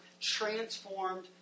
transformed